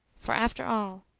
for, after all,